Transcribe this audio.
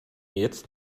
jetzt